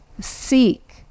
Seek